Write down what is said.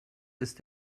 ist